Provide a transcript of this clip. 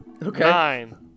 Nine